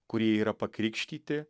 kurie yra pakrikštyti